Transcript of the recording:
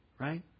Right